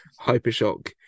Hypershock